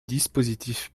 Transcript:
dispositif